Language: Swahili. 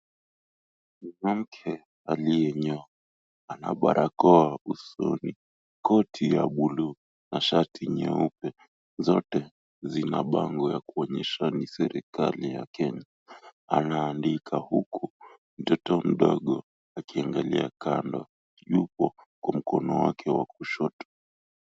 Mwanamke aliye nyoa ana barakoa usoni, koti ya bluu na shati nyeupe zote zina bango ya kuonyesha ni serikali ya Kenya. Anaandika huku mtoto mdogo akiangalia kando yuko kwa mkono wake wa kushoto